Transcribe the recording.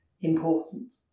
important